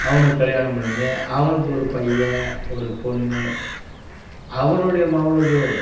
அவனுக்கு கல்யாணம் பண்ணி அவனுக்கு ஒரு பையன் ஒரு பொண்ணு அவனுடைய மகனுக்கு